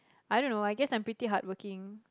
I don't know I guess I'm pretty hardworking